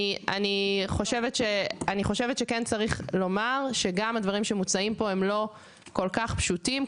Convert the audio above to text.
אני חושבת שכן צריך לומר שגם הדברים שמוצעים פה הם לא כל כך פשוטים.